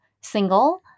single